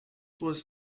was